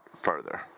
further